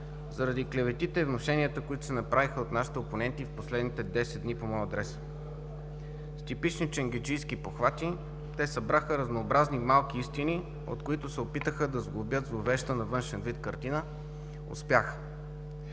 заради клеветите и внушенията, които се направиха от нашите опоненти в последните десет дни по мой адрес. С типични ченгеджийски похвати те събраха разнообразни малки истини, от които се опитаха да сглобят зловеща на външен вид картина. Успяха.